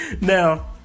Now